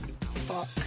fuck